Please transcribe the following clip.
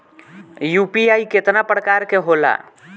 UPI केतना प्रकार के होला?